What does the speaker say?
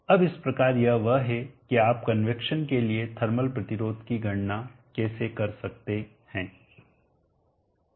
अब इस प्रकार यह वह है कि आप कन्वैक्शन के लिए थर्मल प्रतिरोध की गणना कैसे करते हैं